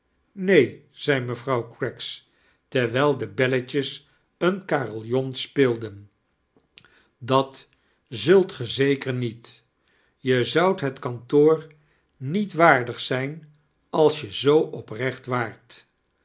neen zei mevrouw craggs terwijl de belletjeis een carillon speelden dat zult ge zeker niet je zoudt het kantoor niet waardig zijn alisi je zoo oprecht waart